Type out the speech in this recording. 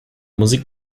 musik